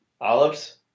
Olives